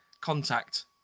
contact